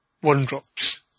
one-drops